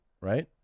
right